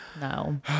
no